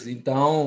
Então